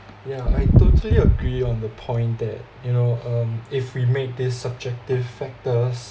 yeah I totally agree on the point that you know um if we made these subjective factors